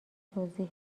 توضیح